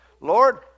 Lord